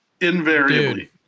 invariably